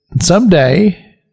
someday